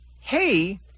Hey